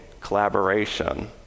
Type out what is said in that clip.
collaboration